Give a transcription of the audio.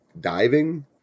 diving